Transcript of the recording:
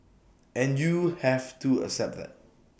and you have to accept that